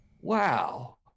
Wow